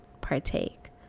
partake